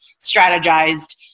strategized